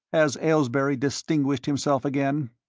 has aylesbury distinguished himself again?